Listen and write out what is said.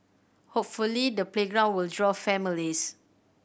hopefully the playground will draw families